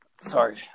sorry